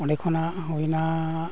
ᱚᱸᱰᱮ ᱠᱷᱚᱱᱟᱜ ᱦᱩᱭᱮᱱᱟ